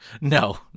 no